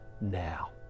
now